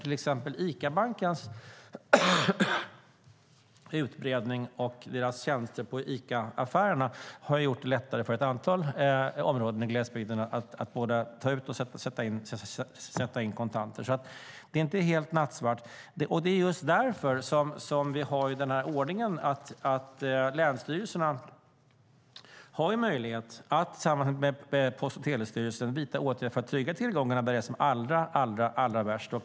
Till exempel har Icabankens utbredning och dess tjänster i Icaaffärerna gjort det lättare att både ta ut och sätta in kontanter i ett antal områden i glesbygden. Det är alltså inte helt nattsvart. Det är också just därför vi har ordningen att länsstyrelserna har möjlighet att tillsammans med Post och telestyrelsen vidta åtgärder för att trygga tillgångarna där det är som allra, allra värst.